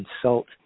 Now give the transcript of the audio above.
consult